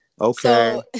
Okay